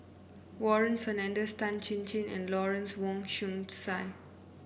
Warren Fernandez Tan Chin Chin and Lawrence Wong Shyun Tsai